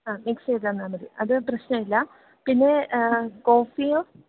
ആ മിക്സ് ചെയ്തു തന്നാൽ മതി അതു പ്രശ്നമില്ല പിന്നെ കോഫിയോ